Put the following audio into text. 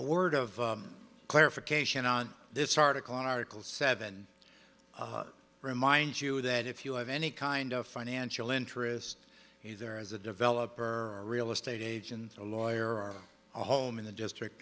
word of clarification on this article on article seven i remind you that if you have any kind of financial interest he's there as a developer or a real estate agent a lawyer or a home in the district